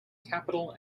capital